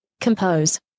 Compose